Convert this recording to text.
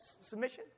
submission